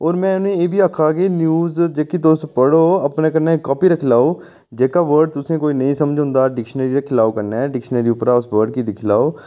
और में उ'नें ई एह् बी आखै कि न्यूज जेह्की तुस पढ़ो अपने कन्नै कापी रखी लैओ जेह्का वर्ड तुसें ई कोई नेईं समझोंदा डिक्शनरी रक्खी लैन्नी कन्नै डिक्शनरी उप्परां उस वर्ड गी दिक्खी लैओ